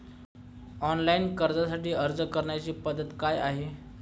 Online कर्जासाठी अर्ज करण्याची पद्धत काय आहे?